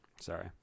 Sorry